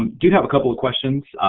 do have couple of questions.